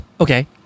Okay